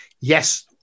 yes